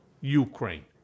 Ukraine